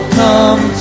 come